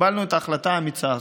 וקיבלנו את ההחלטה האמיצה הזאת,